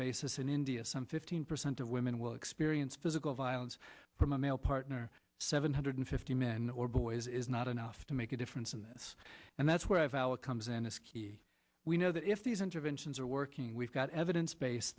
basis in india some fifteen percent of women will experience physical violence from a male partner seven hundred fifty men or boys is not enough to make a difference in this and that's where i have outcomes and it's key we know that if these interventions are working we've got evidence